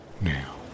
now